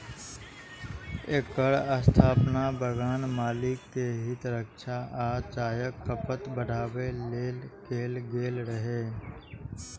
एकर स्थापना बगान मालिक के हित रक्षा आ चायक खपत बढ़ाबै लेल कैल गेल रहै